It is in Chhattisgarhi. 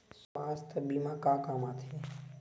सुवास्थ बीमा का काम आ थे?